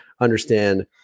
understand